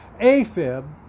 AFib